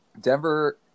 Denver